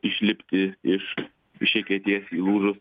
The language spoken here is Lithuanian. išlipti iš iš eketės įlūžus